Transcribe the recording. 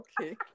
okay